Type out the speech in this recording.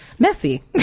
Messy